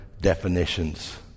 definitions